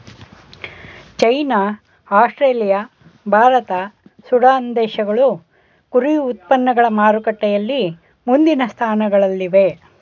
China Australia Bharat Sudan ದೇಶಗಳು ಕುರಿ ಉತ್ಪನ್ನಗಳು ಮಾರುಕಟ್ಟೆಯಲ್ಲಿ ಮುಂದಿನ ಸ್ಥಾನಗಳಲ್ಲಿವೆ